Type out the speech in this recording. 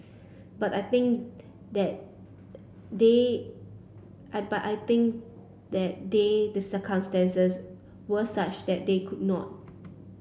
but I think that day I but I think that day the circumstances were such that they could not